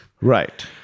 Right